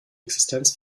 existenz